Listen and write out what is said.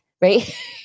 right